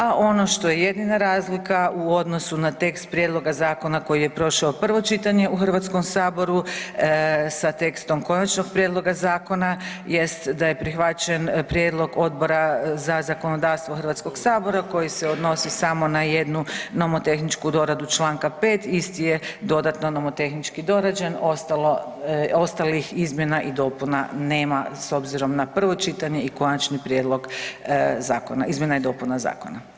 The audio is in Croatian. A ono što je jedina razlika u odnosu na tekst prijedloga zakona koji je prošao prvo čitanje u HS-u sa tekstom konačnog prijedloga zakona jest da je prihvaćen prijedlog Odbora za zakonodavstvo HS-a koji se odnosi samo na jednu nomotehničku doradu čl. 5. isti je dodatno nomotehnički dorađen, ostalih izmjena i dopuna nema s obzirom na prvo čitanje i konačni prijedlog izmjena i dopuna zakona.